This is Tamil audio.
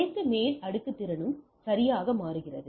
அனைத்து மேல் அடுக்கு திறனும் சரியாக மாறுகிறது